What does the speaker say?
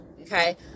okay